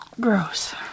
Gross